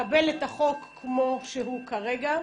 לקבל את החוק כמו שהוא כרגע,